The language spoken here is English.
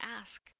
ask